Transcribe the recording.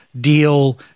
deal